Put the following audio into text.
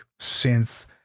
synth